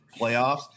playoffs